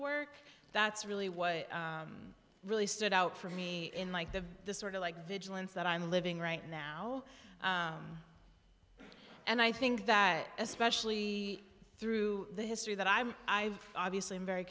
work that's really what really stood out for me in like the sort of like vigilance that i'm living right now and i think that especially through the history that i'm obviously i'm very